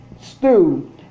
stew